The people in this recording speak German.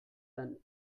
dann